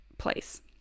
place